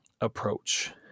approach